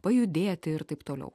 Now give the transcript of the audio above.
pajudėti ir taip toliau